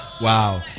wow